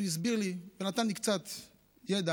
הוא הסביר לי ונתן לי קצת ידע.